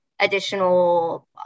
additional